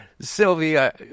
Sylvia